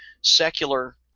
secular